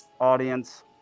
audience